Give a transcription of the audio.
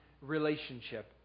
relationship